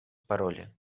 paroli